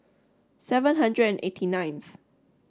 seven hundred and eighty ninth